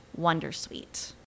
wondersuite